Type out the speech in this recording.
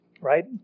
right